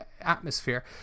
atmosphere